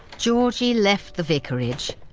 georgie left the vicarage.